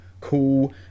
Cool